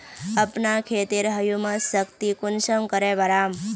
अपना खेतेर ह्यूमस शक्ति कुंसम करे बढ़ाम?